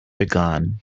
begun